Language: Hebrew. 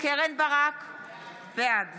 בעד